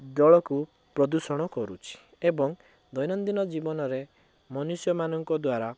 ଜଳକୁ ପ୍ରଦୂଷଣ କରୁଛି ଏବଂ ଦୈନନ୍ଦୀନ ଜୀବନରେ ମନୁଷ୍ୟମାନଙ୍କ ଦ୍ୱାରା